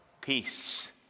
peace